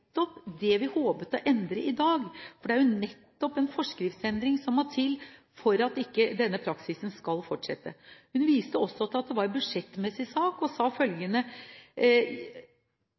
det vi håpet å endre i dag, for det er jo en forskriftsendring som må til for at ikke denne praksisen skal fortsette. Hun viste også til at det var en budsjettmessig sak, og sa følgende: